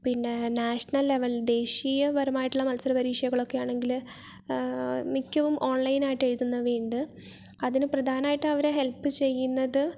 പിന്നെ national level ദേശീയപരമായിട്ടുള്ള മത്സര പരീക്ഷകളൊക്കെയാണെങ്കിൽ മിക്കവും ഓൺലൈൻ ആയിട്ട് എഴുതുന്നവ ഉണ്ട് അതിനു പ്രധാനമായിട്ടും അവരെ ഹെല്പ് ചെയ്യുന്നത്